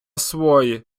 свої